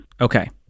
Okay